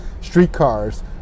streetcars